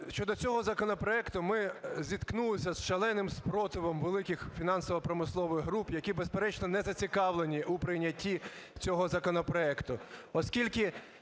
щодо цього законопроекту. Ми зіткнулися з шаленим спротивом великих фінансово-промислових груп, які, безперечно, не зацікавлені у прийнятті цього законопроекту,